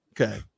Okay